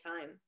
time